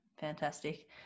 Fantastic